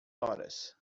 horas